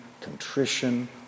contrition